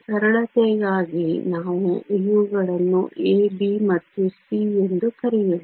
ಸರಳತೆಗಾಗಿ ನಾವು ಇವುಗಳನ್ನು a b ಮತ್ತು c ಎಂದು ಕರೆಯೋಣ